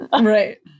Right